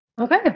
Okay